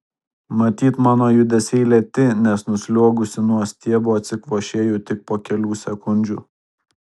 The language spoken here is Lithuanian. matyt mano judesiai lėti nes nusliuogusi nuo stiebo atsikvošėju tik po kelių sekundžių